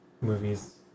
movies